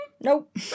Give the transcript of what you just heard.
Nope